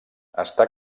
està